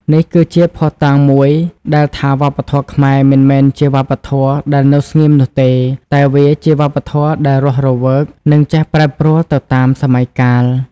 នេះគឺជាភស្តុតាងមួយដែលថាវប្បធម៌ខ្មែរមិនមែនជាវប្បធម៌ដែលនៅស្ងៀមនោះទេ តែវាជាវប្បធម៌ដែលរស់រវើកនិងចេះប្រែប្រួលទៅតាមសម័យកាល។